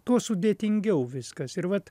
tuo sudėtingiau viskas ir vat